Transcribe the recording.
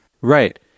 Right